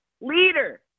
leader